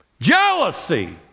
Jealousy